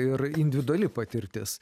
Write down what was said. ir individuali patirtis